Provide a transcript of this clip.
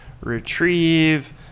retrieve